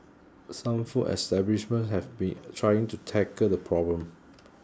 some food establishments have been trying to tackle the problem